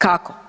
Kako?